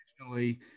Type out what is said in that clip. originally